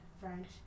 French